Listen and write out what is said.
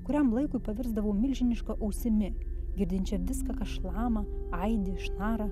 kuriam laikui pavirsdavau milžiniška ausimi girdinčia viską kas šlama aidi šnara